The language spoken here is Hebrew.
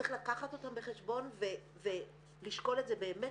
צריך לקחת אותם בחשבון ולשקול את זה באמת